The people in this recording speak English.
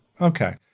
Okay